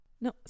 no